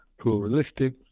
pluralistic